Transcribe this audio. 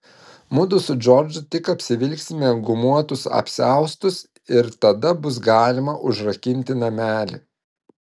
mudu su džordžu tik apsivilksime gumuotus apsiaustus ir tada bus galima užrakinti namelį